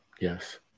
yes